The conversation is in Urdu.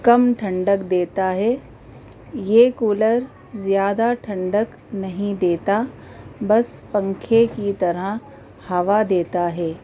کم ٹھنڈک دیتا ہے یہ کولر زیادہ ٹھنڈک نہیں دیتا بس پنکھے کی طرح ہوا دیتا ہے